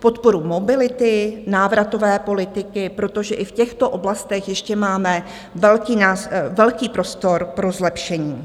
podporu mobility, návratové politiky, protože i v těchto oblastech ještě máme velký prostor pro zlepšení.